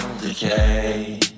decay